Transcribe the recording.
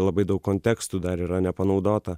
labai daug kontekstų dar yra nepanaudota